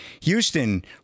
Houston